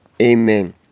Amen